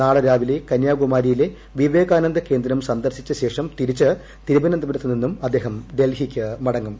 നാളെ രാവിലെ കന്യാകുമാരിയിലെ വിവേകാനന്ദ കേന്ദ്രം സന്ദർശിച്ച ശേഷം തിരിച്ച് തിരുവനന്തപുരത്ത് നിന്നും അദ്ദേഹം ഡൽഹിക്കു മടങ്ങും